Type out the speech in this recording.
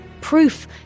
Proof